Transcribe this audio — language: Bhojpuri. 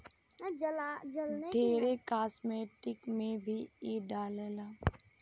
ढेरे कास्मेटिक में भी इ डलाला